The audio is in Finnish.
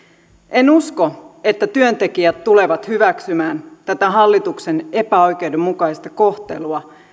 en usko että työntekijät tulevat hyväksymään tätä hallituksen epäoikeudenmukaista kohtelua